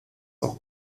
auch